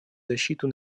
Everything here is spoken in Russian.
защиту